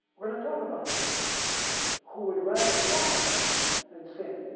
going to talk about these who would rather die than sin.